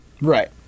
right